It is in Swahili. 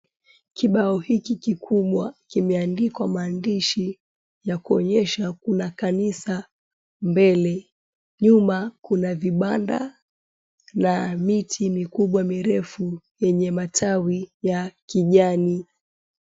Kibao hiki kikubwa kimeandikwa maandishi ya kuonyesha kuna kanisa mbele. Nyuma kuna vibanda na miti mikubwa mirefu yenye matawi ya kijani.